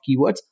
keywords